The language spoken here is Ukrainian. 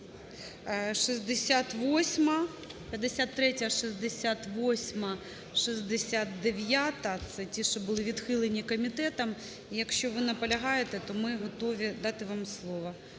53-а, 68-а, 69-а, це ті, які були відхилені комітетом. Якщо ви наполягаєте, то ми готові дати вам слово.